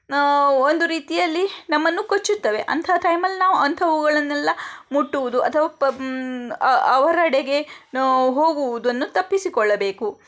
ಒಂದು ರೀತಿಯಲ್ಲಿ ನಮ್ಮನ್ನು ಕಚ್ಚುತ್ತವೆ ಅಂಥ ಟೈಮಲ್ಲಿ ನಾವು ಅಂಥವುಗಳನ್ನೆಲ್ಲ ಮುಟ್ಟುವುದು ಅಥವಾ ಪ ಅವರೆಡೆಗೆ ಹೋಗುವುದನ್ನು ತಪ್ಪಿಸಿಕೊಳ್ಳಬೇಕು